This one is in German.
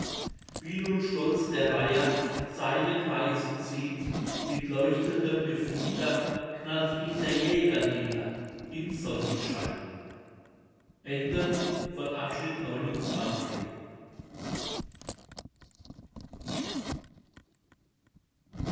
wie nun stolz der reiher seine kreise zieht mit leuchtendem gefieder knallt ihn der jäger nieder im sonnenschein